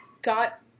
got